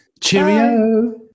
Cheerio